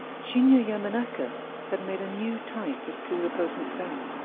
shinya yamanaka had made a new type of pluripotent cell,